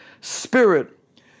Spirit